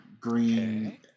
Green